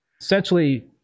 essentially